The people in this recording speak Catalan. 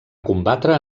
combatre